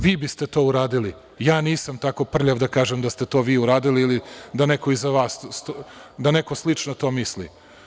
Vi biste to uradili, ja nisam tako prljav da kažem da ste to vi uradili ili da neko to slično misli.